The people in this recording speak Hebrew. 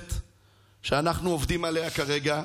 נוספת שאנחנו עובדים עליה כרגע,